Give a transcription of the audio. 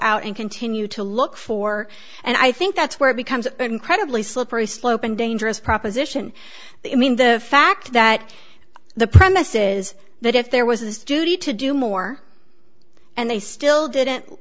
out and continue to look for and i think that's where it becomes incredibly slippery slope and dangerous proposition i mean the fact that the premise is that if there was a student to do more and they still didn't